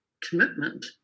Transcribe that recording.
commitment